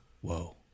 whoa